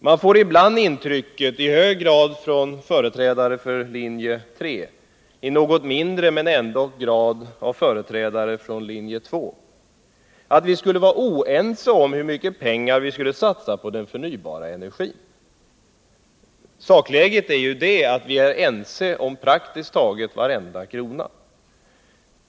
Man får ibland — i hög grad från företrädare för linje 3, i något lägre grad från företrädare för linje 2—-intrycket att vi skulle vara oense om hur mycket pengar vi skulle satsa på den förnybara energin. Sakläget är ju det att vi är ense om praktiskt taget varje krona.